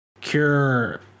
cure